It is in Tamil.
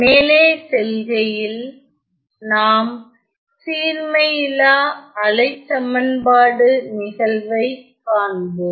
மேலே செல்கையில் நாம் சீர்மையிலா அலைச்சமன்பாடு நிகழ்வை காண்போம்